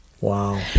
Wow